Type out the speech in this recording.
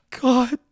god